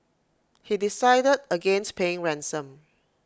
he decided against paying ransom